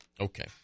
Okay